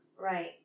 Right